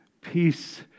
Peace